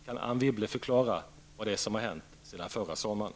Kan Anne Wibble förklara vad det är som har hänt sedan förra sommaren?